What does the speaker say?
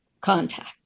contact